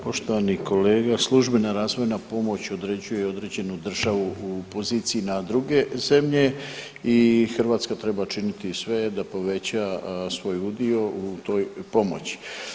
Poštovani kolega, službena razvojna pomoć određuje određenu državu u poziciji na druge zemlje i Hrvatska treba činiti sve da poveća svoj udio u toj pomoći.